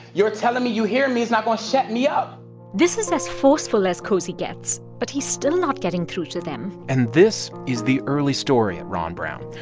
your telling me you're hearing me is not going to shut me up this is as forceful as cosey gets, but he's still not getting through to them and this is the early story at ron brown.